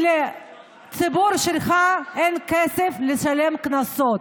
שלציבור שלך אין כסף לשלם קנסות.